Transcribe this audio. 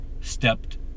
stepped